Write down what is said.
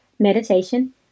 Meditation